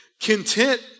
content